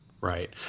Right